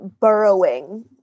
burrowing